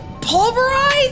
pulverize